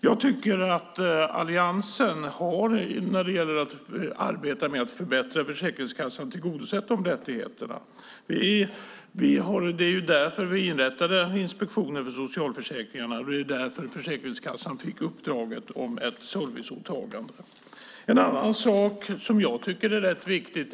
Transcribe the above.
Jag tycker att alliansen med arbetet för att förbättra Försäkringskassan har tillgodosett de rättigheterna. Det var därför vi inrättade en inspektion över socialförsäkringarna och det var därför Försäkringskassan fick uppdraget om ett serviceåtagande. Det är en annan sak som jag tycker är rätt viktig.